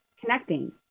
connecting